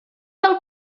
del